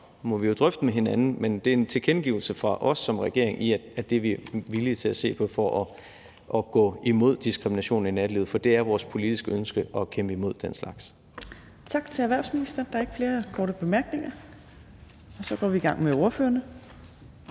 må vi jo drøfte med hinanden, men det er en tilkendegivelse fra os som regering af, at det er vi villige til at se på for at gå imod diskrimination i nattelivet, for det er vores politiske ønske at kæmpe imod den slags. Kl. 16:32 Tredje næstformand (Trine Torp): Tak til erhvervsministeren. Der er ikke flere korte bemærkninger. Så går vi i gang med ordførerne,